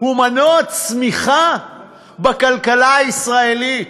הוא מנוע צמיחה בכלכלה הישראלית.